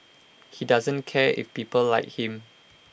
he doesn't care if people like him